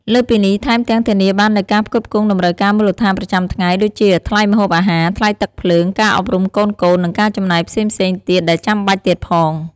លើសពីនេះ ថែមទាំងធានាបាននូវការផ្គត់ផ្គង់តម្រូវការមូលដ្ឋានប្រចាំថ្ងៃ ដូចជាថ្លៃម្ហូបអាហារ ថ្លៃទឹកភ្លើង ការអប់រំកូនៗ និងការចំណាយផ្សេងៗទៀតដែលចាំបាច់ទៀតផង។